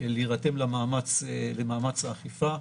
להירתם למאמץ האכיפה.